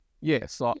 Yes